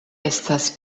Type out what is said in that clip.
estas